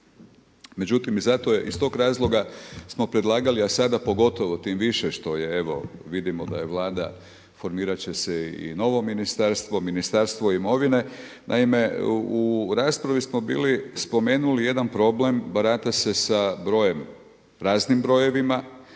Međutim, zato i iz tog razloga smo predlagali, a sada pogotovo tim više što je evo vidimo da Vlada formirat će se i novo ministarstvo, Ministarstvo imovine. Naime, u raspravi smo bili spomenuli jedan problem, barata se sa raznim brojevima.